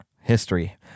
History